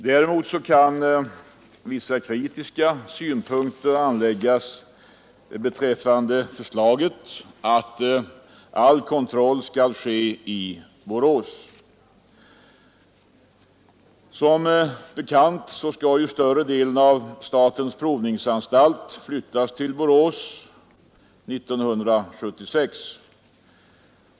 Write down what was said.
Däremot kan vissa kritiska synpunkter anläggas beträffande förslaget att all kontroll skall ske i Borås. Som bekant skall större delen av statens provningsanstalt flyttas till Borås 1976.